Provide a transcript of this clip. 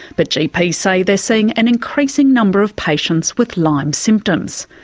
but gps say they're seeing an increasing number of patients with lyme symptoms.